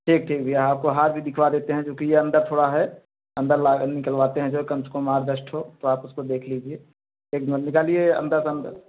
ठीक ठीक भैया आपको हार भी दिखवा देते हैं जो की ये अंदर थोड़ा है अंदर ला निकलवाते हैं जो है कम से कम आठ दस ठो तो आप उसको देख लीजिए एक मिनट निकालिए अंदर अंदर